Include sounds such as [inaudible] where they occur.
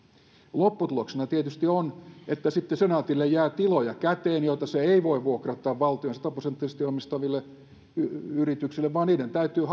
lopputuloksena tietysti on että sitten senaatille jää käteen tiloja joita se ei voi vuokrata valtion sataprosenttisesti omistamille yrityksille vaan niiden täytyy [unintelligible]